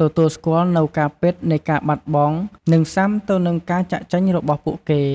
ទទួលស្គាល់នូវការពិតនៃការបាត់បង់ និងស៊ាំទៅនឹងការចាកចេញរបស់ពួកគេ។